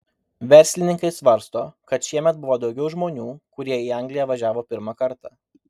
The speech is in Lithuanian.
verslininkai svarsto kad šiemet buvo daugiau žmonių kurie į angliją važiavo pirmą kartą